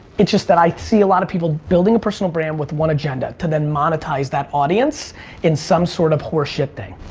it's just that i see a lot of people building a personal brand with one agenda, to then monetize that audience in some sort of horse shit thing.